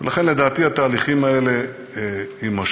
ולכן, לדעתי, התהליכים האלה יימשכו,